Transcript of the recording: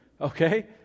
okay